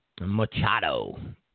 Machado